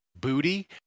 booty